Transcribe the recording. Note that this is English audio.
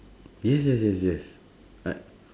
yes yes yes yes